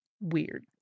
weird